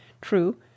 true